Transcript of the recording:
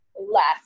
Left